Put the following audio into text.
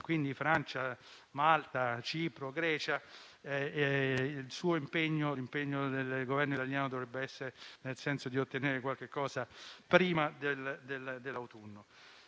(Francia, Malta, Cipro e Grecia), l'impegno del Governo italiano dovrebbe essere nel senso di ottenere qualche cosa prima dell'autunno.